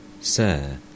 Sir